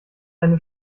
eine